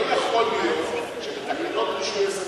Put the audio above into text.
לא יכול להיות שבתקנות רישוי עסקים,